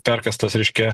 perkąstas reiškia